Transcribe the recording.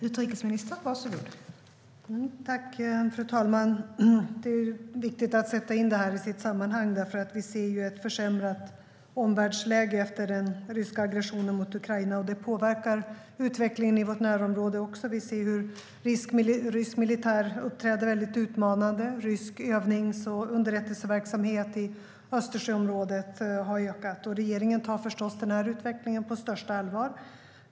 Fru talman! Det är viktigt att man sätter in detta i sitt sammanhang. Vi ser ett försämrat omvärldsläge efter den ryska aggressionen mot Ukraina, och det påverkar utvecklingen också i vårt närområde. Vi ser hur rysk militär uppträder utmanande. Rysk övnings och underrättelseverksamhet i Östersjöområdet har ökat. Regeringen tar förstås utvecklingen på största allvar.